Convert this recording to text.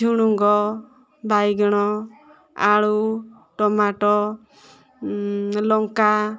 ଝୁଡୁଙ୍ଗ ବାଇଗଣ ଆଳୁ ଟମାଟ ଲଙ୍କା